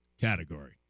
category